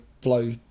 blow